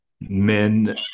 men